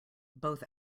both